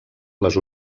les